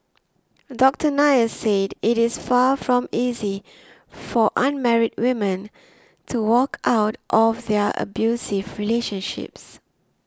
Doctor Nair said it is far from easy for unmarried women to walk out of their abusive relationships